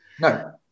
no